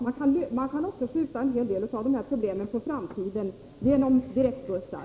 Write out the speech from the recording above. Man kan också skjuta lösningen av en hel del av dessa problem på framtiden genom kompletterande trafik, genom direktbussar.